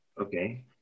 okay